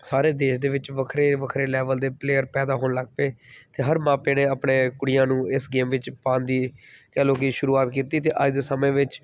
ਸਾਰੇ ਦੇਸ਼ ਦੇ ਵਿੱਚ ਵੱਖਰੇ ਵੱਖਰੇ ਲੈਵਲ ਦੇ ਪਲੇਅਰ ਪੈਦਾ ਹੋਣ ਲੱਗ ਪਏ ਅਤੇ ਹਰ ਮਾਂ ਪੇ ਨੇ ਆਪਣੇ ਕੁੜੀਆਂ ਨੂੰ ਇਸ ਗੇਮ ਵਿੱਚ ਪਾਉਣ ਦੀ ਕਹਿ ਲਓ ਕਿ ਸ਼ੁਰੂਆਤ ਕੀਤੀ ਅਤੇ ਅੱਜ ਦੇ ਸਮੇਂ ਵਿੱਚ